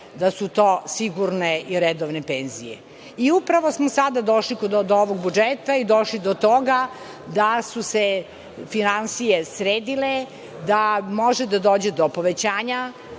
da su to sigurne i redovne penzije. Upravo smo sada došli do ovog budžeta i došli do toga da su se finansije sredile, da može da dođe do povećanja